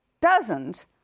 dozens